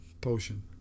potion